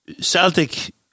Celtic